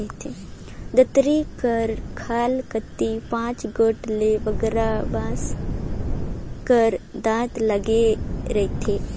दँतारी कर खाल कती पाँच गोट ले बगरा बाँस कर दाँत लगे रहथे